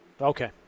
Okay